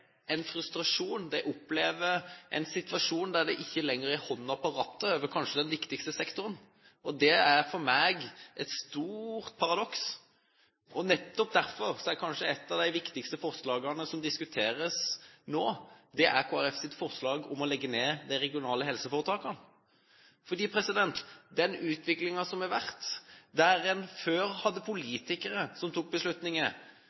en frustrasjon. De opplever en situasjon der de ikke lenger har hånda på rattet når det gjelder den kanskje viktigste sektoren, og det er for meg et stort paradoks. Nettopp derfor er kanskje et av de viktigste forslagene som diskuteres nå, Kristelig Folkepartis forslag om å legge ned de regionale helseforetakene. Det er ting som har vært